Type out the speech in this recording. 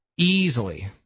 easily